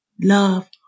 love